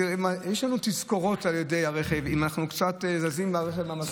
יש לנו תזכורות על ידי הרכב אם אנחנו קצת זזים עם הרכב מהמסלול שלו,